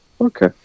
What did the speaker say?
Okay